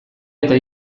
eta